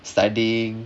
studying